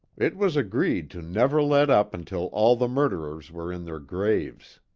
it was agreed to never let up until all the murderers were in their graves.